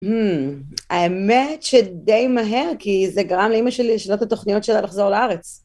האמת שדי מהר, כי זה גרם לאמא שלי לשנות את תוכניות שלה לחזור לארץ.